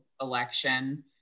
election